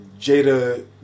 Jada